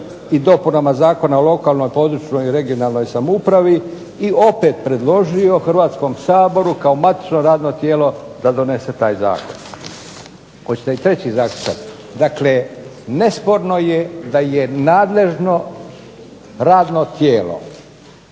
i dopunama Zakona o lokalnoj i područnoj (regionalnoj) samoupravi i opet predložio Hrvatskom saboru kao matično radno tijelo da donese taj zakon. Hoćete i treći zaključak? Dakle nesporno je da je nadležno radno tijelo